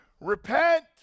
Repent